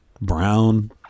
brown